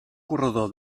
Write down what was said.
corredor